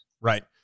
right